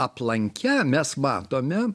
aplanke mes matome